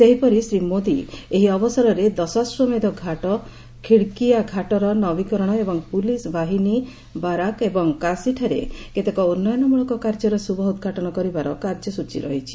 ସେହିପରି ଶ୍ରୀ ମୋଦି ଏହି ଅବସରରେ ଦଶାଶ୍ୱମେଧ ଘାଟ ଖୂଡ୍କିୟା ଘାଟର ନବୀକରଣ ଏବଂ ପୁଲିସ୍ ବାହିନୀ ବାରାକ ଏବଂ କାଶୀଠାରେ କେତେକ ଉନ୍ନୟନମ୍ବଳକ କାର୍ଯ୍ୟର ଶୁଭ ଉଦ୍ଘାଟନ କରିବାର କାର୍ଯ୍ୟସ୍ଚୀ ରହିଛି